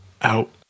out